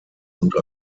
und